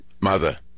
mother